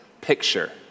picture